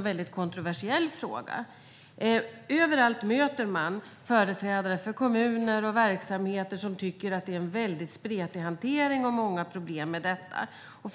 mycket kontroversiell fråga. Överallt möter man företrädare för kommuner och verksamheter som tycker att det är en mycket spretig hantering av detta och att det finns många problem.